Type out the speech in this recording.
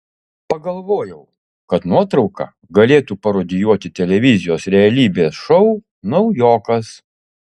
pagalvojau kad nuotrauka galėtų parodijuoti televizijos realybės šou naujokas